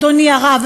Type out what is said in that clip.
אדוני הרב,